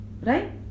Right